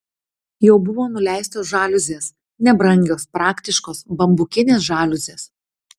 jau buvo nuleistos žaliuzės nebrangios praktiškos bambukinės žaliuzės